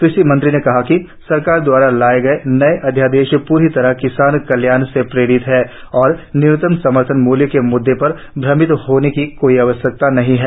कृषि मंत्री ने कहा कि सरकार द्वारा लाये गये नये अध्यादेश पूरी तरह किसान कल्याण से प्रेरित हैं और न्यूनतम समर्थन मूल्य के मूद्दे पर श्रमित होने की कोई आवश्यकता नहीं है